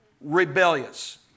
rebellious